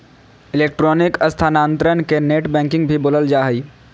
electronic स्थानान्तरण के net banking भी बोलल जा हइ